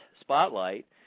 spotlight